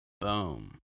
Boom